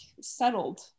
settled